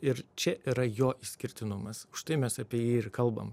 ir čia yra jo išskirtinumas štai mes apie jį ir kalbam